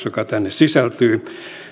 joka tänne sisältyy